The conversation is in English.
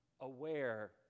aware